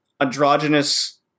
androgynous